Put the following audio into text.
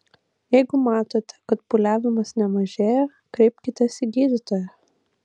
jeigu matote kad pūliavimas nemažėja kreipkitės į gydytoją